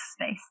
space